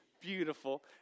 beautiful